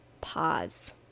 pause